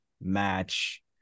match